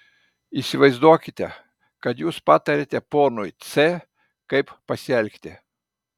įsivaizduokite kad jūs patariate ponui c kaip pasielgti